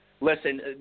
Listen